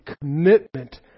commitment